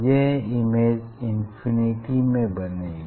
यह image infinity में बनेगी